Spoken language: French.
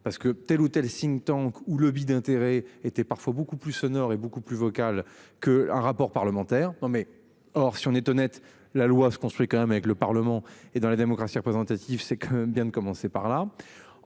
parce que telle ou telle think tank ou lobbies d'intérêts étaient parfois beaucoup plus sonore et beaucoup plus vocale que un rapport parlementaire. Non mais. Or si on est honnête, la loi se construit quand même avec le Parlement et dans la démocratie représentative, c'est quand même bien de commencer par là.